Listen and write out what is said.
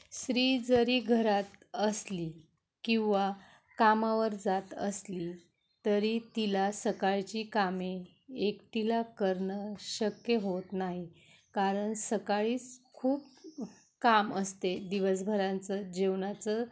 स्त्री जरी घरात असली किंवा कामावर जात असली तरी तिला सकाळची कामे एकटीला करणं शक्य होत नाही कारण सकाळीच खूप काम असते दिवसभरांचं जेवणाचं